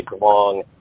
long